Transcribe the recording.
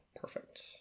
Perfect